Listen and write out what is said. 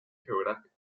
geográfica